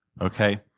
Okay